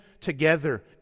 together